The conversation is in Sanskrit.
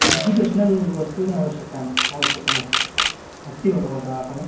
एज्युकेषनल् वस्तूनि आवश्यकानि आवश्यकमस्ति अस्ति वा भवतः आपणे